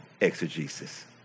exegesis